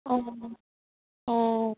অঁ অঁ